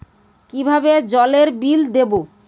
কিভাবে জলের বিল দেবো?